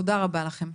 תודה רבה לכם.